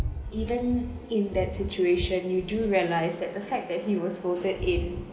even in that situation you do realize that the fact that he was voted in